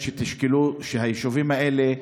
שתשקלו שהיישובים האלה,